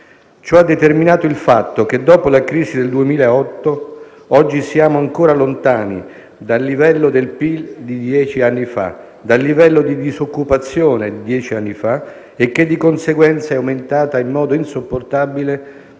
Ciò ha determinato il fatto che, dopo la crisi del 2008, oggi siamo ancora lontani dal livello del PIL di dieci anni fa, dal livello di disoccupazione di dieci anni fa e che, di conseguenza, è aumentata in modo insopportabile